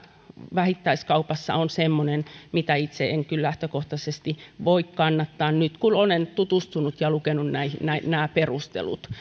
vähittäiskaupassa on semmoinen mitä itse en kyllä lähtökohtaisesti voi kannattaa nyt kun olen tutustunut ja lukenut perustelut